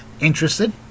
interested